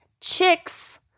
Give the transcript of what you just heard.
Chicks